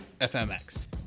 FMX